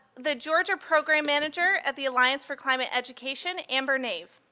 the georgia program manager at the alliance for climate education, amber nave.